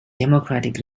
democratic